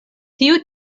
tiu